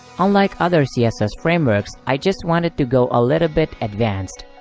unlike other css frameworks, i just wanted to go a little bit advanced,